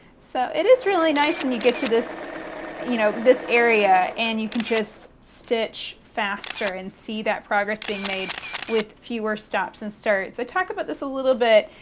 so it is really nice when and you get to this you know this area, and you can just stitch faster and see that progress being made with fewer stops and starts. i talked about this a little bit.